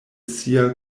sia